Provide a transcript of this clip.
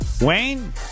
Wayne